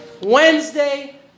Wednesday